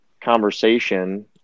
conversation